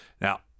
Now